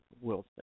Wilson